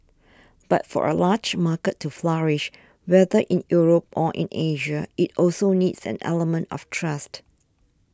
but for a large market to flourish whether in Europe or in Asia it also needs an element of trust